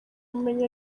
ubumenyi